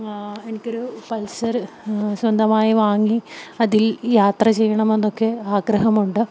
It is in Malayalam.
എനിക്കൊരു പൾസർ സ്വന്തമായി വാങ്ങി അതിൽ യാത്ര ചെയ്യണമെന്നൊക്കെ ആഗ്രഹമുണ്ട്